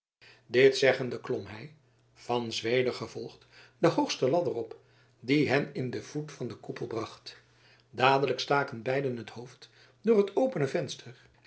dit zeggende klom hij van zweder gevolgd de hoogste ladder op die hen in den voet van den koepel bracht dadelijk staken beiden het hoofd door het opene venster